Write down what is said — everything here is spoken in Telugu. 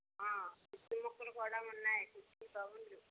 కుట్టిన ముక్కలు కూడా ఉన్నాయి ఈ గౌన్లు